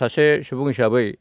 सासे सुबुं हिसाबै